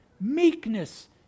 meekness